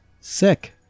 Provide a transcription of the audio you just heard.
sick